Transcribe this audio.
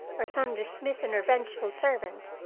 or some dismissed and revengeful servant,